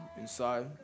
inside